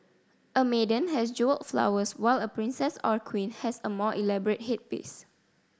a maiden has jewelled flowers while a princess or a queen has a more elaborate headpiece